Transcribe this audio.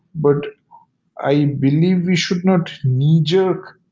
but i believe you should not knee-jerk,